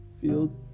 field